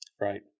Right